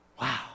Wow